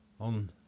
on